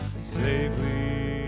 safely